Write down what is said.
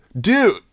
dude